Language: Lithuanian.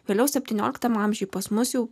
vėliau septynioliktame amžiuje pas mus jau